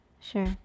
sure